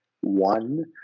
one